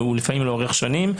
לפעמים לאורך שנים,